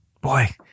Boy